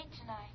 tonight